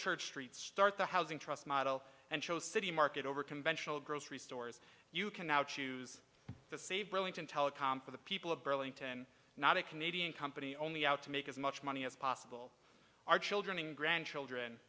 church street start the housing trust model and show city market over conventional grocery stores you can now choose to see burlington telecom for the people of burlington not a canadian company only out to make as much money as possible our children and grandchildren